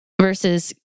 versus